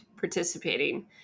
participating